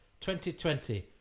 2020